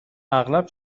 اغلب